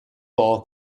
ball